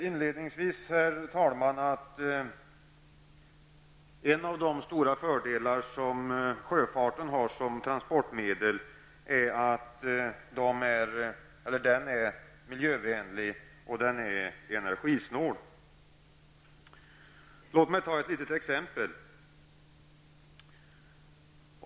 Inledningsvis nämnde jag herr talman, att en av sjöfartens stora fördelar som transportmedel är att den är miljövänlig och energisnål. Låt mig ta ett litet exempel.